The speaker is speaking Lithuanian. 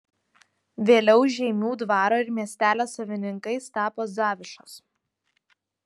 vėliau žeimių dvaro ir miestelio savininkais tapo zavišos